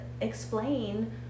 explain